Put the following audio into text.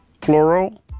plural